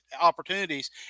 opportunities